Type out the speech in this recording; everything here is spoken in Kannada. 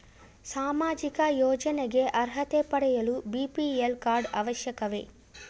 ಸಾಮಾಜಿಕ ಯೋಜನೆಗೆ ಅರ್ಹತೆ ಪಡೆಯಲು ಬಿ.ಪಿ.ಎಲ್ ಕಾರ್ಡ್ ಅವಶ್ಯಕವೇ?